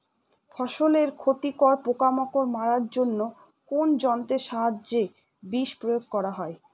ফসলের ক্ষতিকর পোকামাকড় মারার জন্য কোন যন্ত্রের সাহায্যে বিষ প্রয়োগ করা হয়?